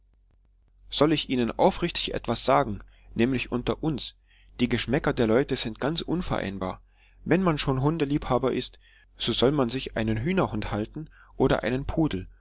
soll ich ihnen aufrichtig etwas sagen nämlich unter uns die geschmäcker der leute sind ganz unvereinbar wenn man schon hundeliebhaber ist so soll man sich einen hühnerhund halten oder einen pudel